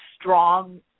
strong